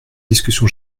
discussion